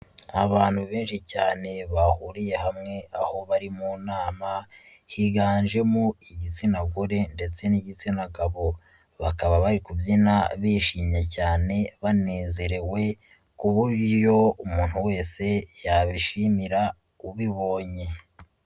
Abantu benshi cyane bahuriye hamwe aho bari mu nama higanjemo igitsina gore ndetse n'igitsina gabo, bakaba bari kubyina bishimye cyane banezerewe ku buryo umuntu wese yabishimira ubibonye.